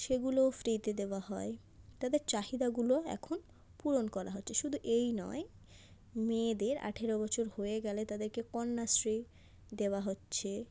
সেগুলোও ফ্রিতে দেওয়া হয় তাদের চাহিদাগুলো এখন পূরণ করা হচ্ছে শুধু এই নয় মেয়েদের আঠারো বছর হয়ে গেলে তাদেরকে কন্যাশ্রী দেওয়া হচ্ছে